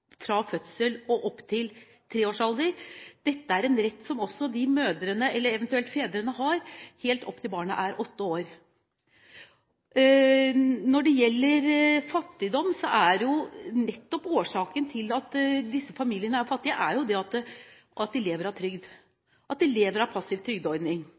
fra fødsel og opp til tre års alder, det er en rett mødrene, eller eventuelt fedrene, har helt opp til barnet er åtte år. Når det gjelder fattigdom, er årsaken til at disse familiene er fattige nettopp at de lever av trygd, at de lever av en passiv trygdeordning.